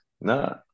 No